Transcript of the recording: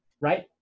Right